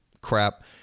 crap